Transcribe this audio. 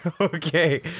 okay